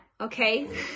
okay